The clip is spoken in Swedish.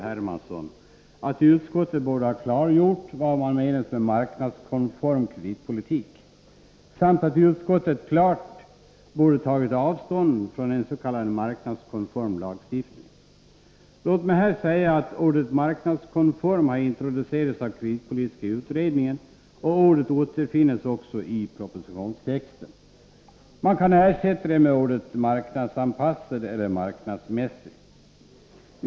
Hermansson att utskottet borde ha klargjort vad som menas med marknadskonform kreditpolitik samt att utskottet klart borde ha tagit avstånd från en s.k. marknadskonform lagstiftning. Låt mig säga att ordet marknadskonform har introducerats av kreditpolitiska utredningen. Ordet återfinns också i propositionstexten. Man kan ersätta det med ordet marknadsanpassad eller marknadsmässig.